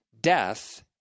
death